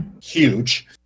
huge